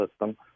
system